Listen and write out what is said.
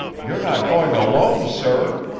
you're not going alone, sir?